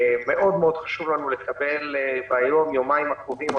מאוד מאוד חשוב לנו לקבל ביום יומיים הקרובים,